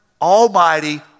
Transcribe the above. almighty